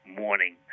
morning